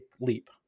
leap